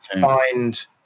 find